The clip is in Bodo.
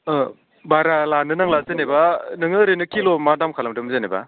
ओह बारा लानो नांला जेनोबा नोङो ओरैनो किल'आव मा दाम खालामदोंमोन जेनोबा